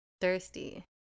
thirsty